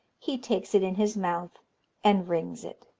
he takes it in his mouth and rings it.